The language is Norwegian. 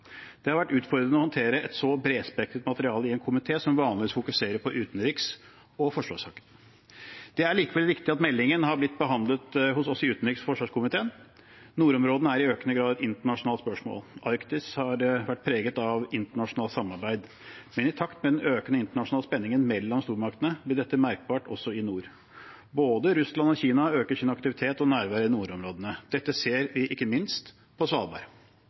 Det har vært utfordrende å håndtere et så bredspektret materiale i en komite som vanligvis fokuserer på utenriks- og forsvarssaker. Det er likevel riktig at meldingen har blitt behandlet hos oss i utenriks- og forsvarskomiteen. Nordområdene er i økende grad et internasjonalt spørsmål. Arktis har vært preget av internasjonalt samarbeid, men i takt med den økende internasjonale spenningen mellom stormaktene blir dette merkbart også i nord. Både Russland og Kina øker sin aktivitet og sitt nærvær i nordområdene. Dette ser vi ikke minst på Svalbard.